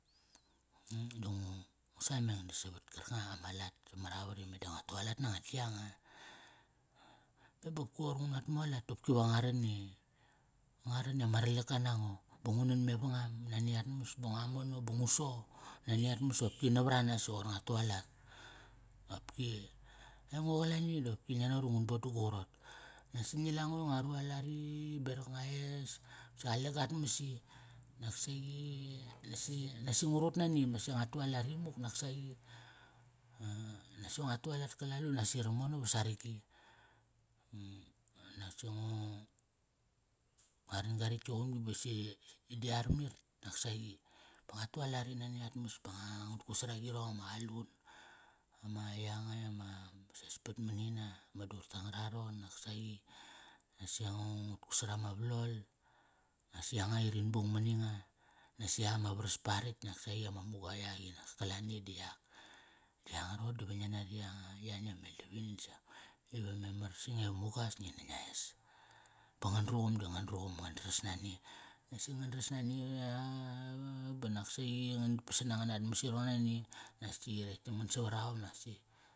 di ngu, ngu sameng di savat karkanga anga ma lat maravat i meda nga tualat nanga di yanga. Ba bopki qoir ngu nat mualat da nga ran, ngua ran i ama ralaka nango Ba ngu nan mevangam nani at mas ba ngua mono ba ngu so nani at mas opki navaranas i qoir nga tualat. Qopki aingo qalani di ngia naqot i ngun boda gu qarot. Nasi ngi la ngo i nga rualat i berak ngua es, si qale gat mas i. Nak siqi na siqi, nasi ngu rut nani ba si ngua tualat imuk nak saqi. Nasi ngua tualat kala lul nasi ramono va saraqi. unak si ngu, ngua ran garitk iqumgi ba si, idi yar mit, nak saqi. Ba nga tualat i nani at mas ba nga, ngut kut sar agirong, ma qalun, ama yanga i ama, ti sespat mani na, ma dur tangara ron naksaqi. Naksaqi ngu, ngut kut sara ma valol, nasi yanga i rin bung mani nga, nasi yak ama varas pa ritk naksaqi yak ama muga yak i nak kalani di yak. Yanga roqori diva ngi nari yanga, yani ameldavini disa, ive memar sange mugas. Ngi na ngla es. Ba ngan druqum di ngan druqum ngan dras nani. Nasi ngan dras nam a ba nak saqi nganit pasat nangan atmas irong nani, nak si iretk tam ngan savara om naksi.